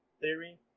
theory